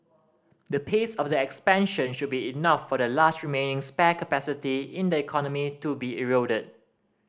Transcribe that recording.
the pace of the expansion should be enough for the last remaining capacity in the economy to be eroded